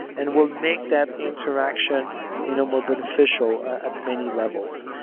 and we'll make that interaction you know more beneficial at many levels.